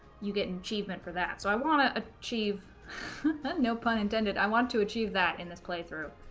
you get an achievement for that. so i want to achieve but no pun intended i want to achieve that in this playthrough,